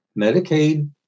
Medicaid